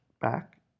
back